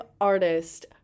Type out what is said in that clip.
artist